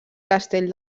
castell